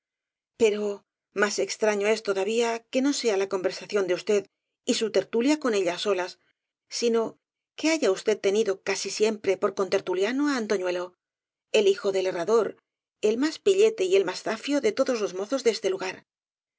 pero más extraño es todavía que no sea la conversación de usted y su tertulia con ellas solas sino que haya usted tenido casi siempre por con tertuliano á antoñuelo el hijo del herrador el más píllete y el más zafio de todos los mozos de este lugar